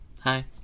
hi